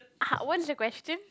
uh what is the question